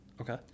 Okay